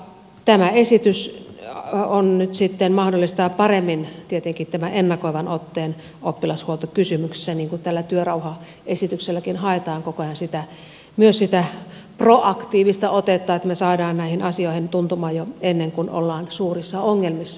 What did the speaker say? tämä esitys nyt mahdollistaa paremmin tietenkin tämän ennakoivan otteen oppilashuoltokysymyksissä niin kuin tällä työrauhaesitykselläkin haetaan koko ajan myös sitä proaktiivista otetta että me saamme näihin asioihin tuntuman jo ennen kuin ollaan suurissa ongelmissa